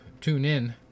tune-in